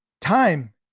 time